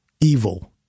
evil